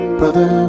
brother